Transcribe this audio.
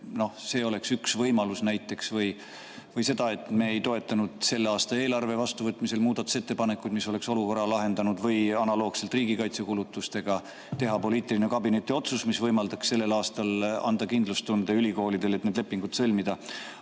näiteks üks võimalus, või miks me ei toetanud selle aasta eelarve vastuvõtmisel muudatusettepanekut, mis oleks olukorra lahendanud, või et analoogselt riigikaitsekulutustega teha poliitiline kabineti otsus, mis võimaldaks sellel aastal anda kindlustunde ülikoolidele, et need lepingud sõlmida. Aga